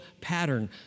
pattern